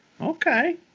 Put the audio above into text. Okay